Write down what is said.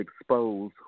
expose